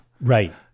right